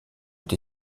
est